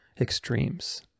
extremes